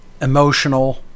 emotional